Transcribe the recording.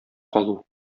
калу